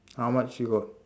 how much you got